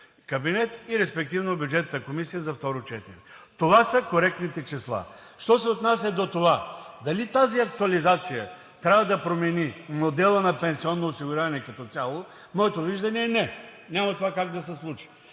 кабинет и респективно Бюджетната комисия за второ четене! Това са коректните числа. Що се отнася до това дали тази актуализация трябва да промени модела на пенсионно осигуряване като цяло, моето виждане е не, няма как това да се случи.